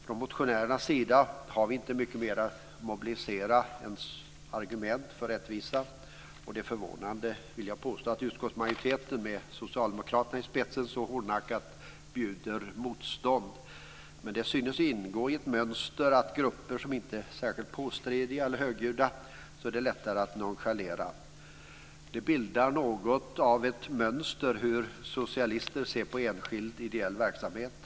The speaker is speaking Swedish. Från motionärernas sida har vi inte mycket mer att mobilisera än argument för rättvisa. Jag vill påstå att det är förvånande att utskottsmajoriteten med Socialdemokraterna i spetsen så hårdnackat bjuder motstånd. Men det synes ingå i ett mönster att det är lättare att nonchalera grupper som inte är särskilt påstridiga eller högljudda. Detta bildar något av ett mönster för hur socialister ser på enskild ideell verksamhet.